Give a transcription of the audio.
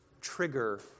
trigger